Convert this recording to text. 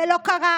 זה לא קרה.